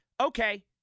okay